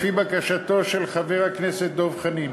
לפי בקשתו של חבר הכנסת דב חנין.